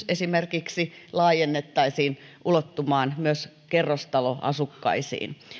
esimerkiksi kotitalousvähennys laajennettaisiin ulottumaan myös kerrostaloasukkaisiin